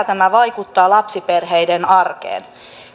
tämä vaikuttaa lapsiperheiden arkeen